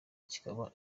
kikaba